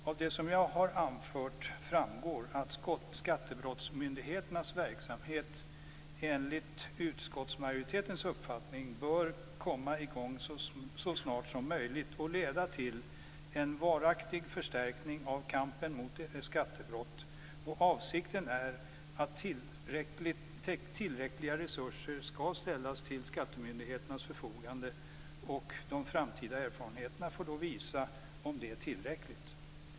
Av det som jag har anfört framgår att skattebrottsmyndigheternas verksamhet enligt utskottsmajoritetens uppfattning bör komma igång så snart som möjligt och leda till en varaktig förstärkning av kampen mot skattebrott. Avsikten är att tillräckliga resurser skall ställas till skattemyndigheternas förfogande, och de framtida erfarenheterna får utvisa om det är tillräckligt.